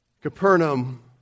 Capernaum